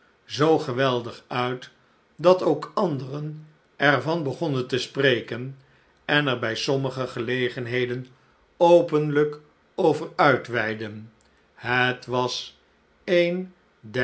zoo geweldig uit dat ook anderen er van begonnen te spreken en er bij sommige gelegenheden openlijk over uitweidden het was eenderhatelijkste